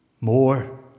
more